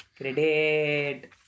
Credit